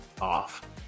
off